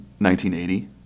1980